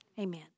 amen